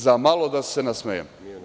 Zamalo da se nasmejem.